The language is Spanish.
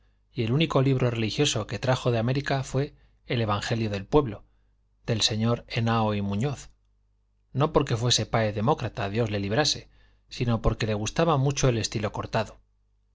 y el único libro religioso que trajo de américa fue el evangelio del pueblo del señor henao y muñoz no porque fuese páez demócrata dios le librase sino porque le gustaba mucho el estilo cortado